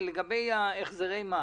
לגבי החזרי המס.